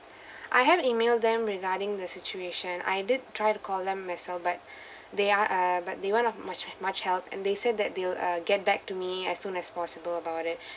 I have email them regarding the situation I did try to call them as well but they are err but they weren't of much much help and they said that they'll uh get back to me as soon as possible about it